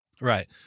Right